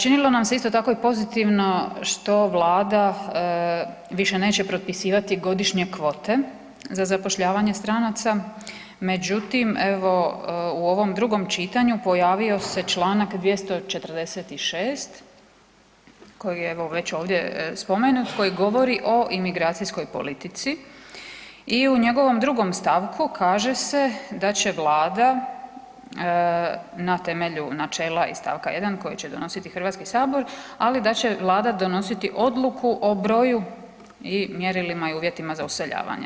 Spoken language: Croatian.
Činilo nam se isto tako i pozitivno što Vlada više neće propisivati godišnje kvote za zapošljavanje stranaca međutim evo u ovom drugom čitanju pojavio se čl. 246. koji je evo već ovdje spomenut, koji govori o imigracijskoj politici i u njegovoj drugom stavku kaže se da će Vlada na temelju načela iz stavka jedan koji će donositi Hrvatski sabor, ali da će Vlada donositi odluku o broju i mjerilima i uvjetima za useljavanje.